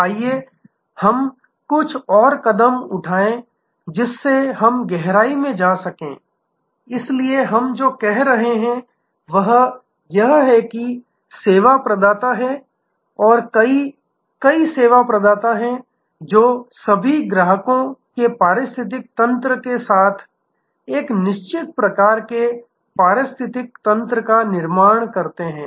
आइए हम कुछ और कदम उठाएं जिससे हम गहराई में जा सकें इसलिए हम जो कह रहे हैं वह यह है कि सेवा प्रदाता हैं और कई कई सेवा प्रदाता हैं जो सभी ग्राहकों के पारिस्थितिकी तंत्र के साथ एक निश्चित प्रकार के पारिस्थितिकी तंत्र का निर्माण करते हैं